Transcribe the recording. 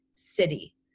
city